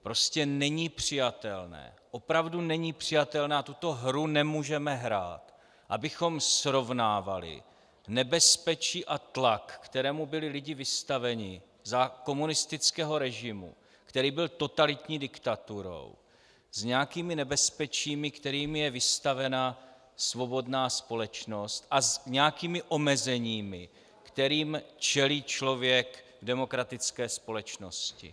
Prostě není přijatelné, opravdu není přijatelné, a tuto hru nemůžeme hrát, abychom srovnávali nebezpečí a tlak, kterému byli lidi vystaveni za komunistického režimu, který byl totalitní diktaturou, s nějakými nebezpečími, kterým je vystavena svobodná společnost, a s nějakými omezeními, kterým čelí člověk v demokratické společnosti.